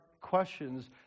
questions